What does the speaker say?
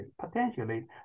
potentially